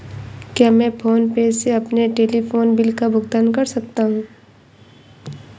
क्या मैं PhonePe से अपने टेलीफोन बिल का भुगतान कर सकता हूँ?